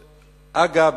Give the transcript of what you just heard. אגב,